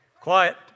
Quiet